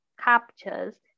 captures